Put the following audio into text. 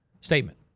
statement